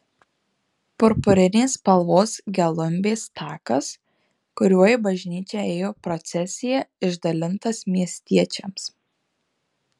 purpurinės spalvos gelumbės takas kuriuo į bažnyčią ėjo procesija išdalintas miestiečiams